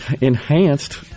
enhanced